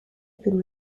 più